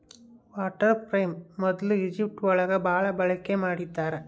water frame ಮೊದ್ಲು Egypt ಒಳಗ ಭಾಳ ಬಳಕೆ ಮಾಡಿದ್ದಾರೆ